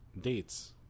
dates